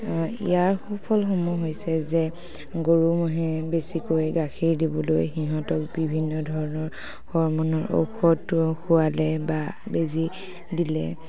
ইয়াৰ সুফলসমূহ হৈছে যে গৰু মহে বেছিকৈ গাখীৰ দিবলৈ সিহঁতক বিভিন্ন ধৰণৰ হৰ্মণৰ ঔষধ খোৱালে বা বেজী দিলে